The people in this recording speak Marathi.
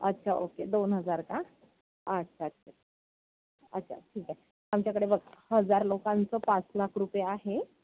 अच्छा ओके दोन हजार का अच्छा अच्छा अच्छा ठीक आहे आमच्याकडे बघा हजार लोकांचं पाच लाख रुपये आहे